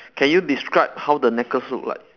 can you describe how the necklace look like